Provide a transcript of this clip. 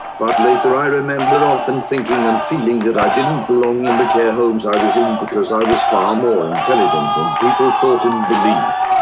but later i remember often thinking and feeling that i didn't belong in the care homes i was in because i was far more intelligent than people thought and believed.